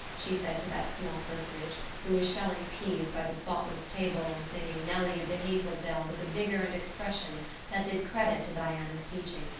she said to that small personage, who was shelling peas by the spotless table and singing, nelly of the hazel dell with a vigor and expression that did credit to diana's teaching,